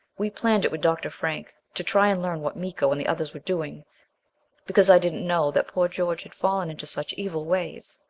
we planned it with dr. frank to try and learn what miko and the others were doing because i didn't know that poor george had fallen into such evil ways.